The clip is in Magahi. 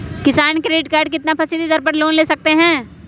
किसान क्रेडिट कार्ड कितना फीसदी दर पर लोन ले सकते हैं?